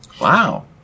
Wow